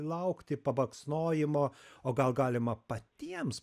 laukti pabaksnojimo o gal galima patiems